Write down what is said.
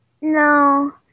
No